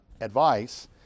advice